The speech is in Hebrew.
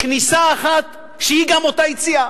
כניסה אחת, שהיא גם אותה יציאה.